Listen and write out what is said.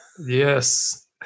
yes